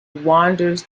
wanders